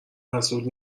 حسود